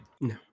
No